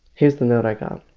here's the note i got,